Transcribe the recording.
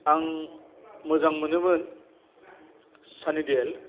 आं मोजां मोनोमोन सानी देवोल